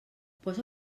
posa